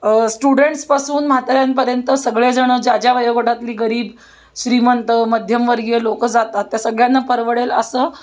स्टुडंट्सपासून म्हाताऱ्यांपर्यंत सगळेजणं ज्या ज्या वयोगटातली गरीब श्रीमंत मध्यमवर्गीय लोकं जातात त्या सगळ्यांना परवडेल असं